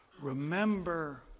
Remember